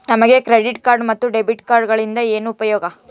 ನಮಗೆ credit card ಮತ್ತು debit ಕಾರ್ಡುಗಳಿಂದ ಏನು ಉಪಯೋಗ?